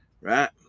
Right